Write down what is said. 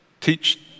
teach